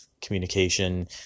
communication